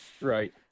Right